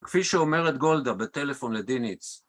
כפי שאומרת גולדה בטלפון לדיניץ